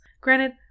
Granted